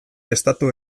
estatu